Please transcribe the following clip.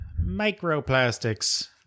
Microplastics